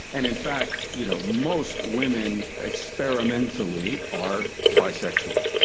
and in fact you know most women experimentally are bisexual.